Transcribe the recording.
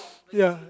ya